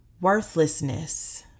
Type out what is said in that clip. worthlessness